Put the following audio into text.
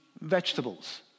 vegetables